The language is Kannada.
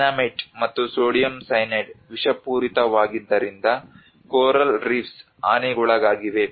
ಡೈನಮೈಟ್ ಮತ್ತು ಸೋಡಿಯಂ ಸೈನೈಡ್ ವಿಷಪೂರಿತವಾಗಿದ್ದರಿಂದ ಕೋರಲ್ ರೀಫ್ಸ್ ಹಾನಿಗೊಳಗಾಗಿವೆ